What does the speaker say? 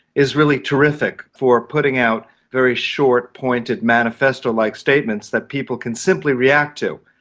is really terrific for putting out very short, pointed manifesto-like statements that people can simply react to.